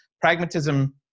pragmatism